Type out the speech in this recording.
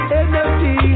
energy